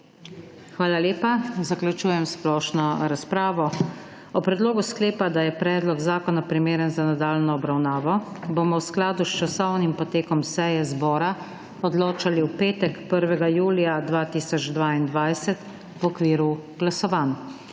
Hvala. S tem zaključujemo splošno razpravo. O predlogu sklepa, da je predlog zakona primeren za nadaljnjo obravnavo, bomo v skladu s časovnim potekom seje zbora odločali v petek, 1. julija 2022, v okviru glasovanj.